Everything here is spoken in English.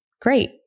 Great